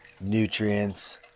nutrients